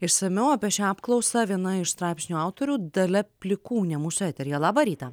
išsamiau apie šią apklausą viena iš straipsnio autorių dalia plikūnė mūsų eteryje labą rytą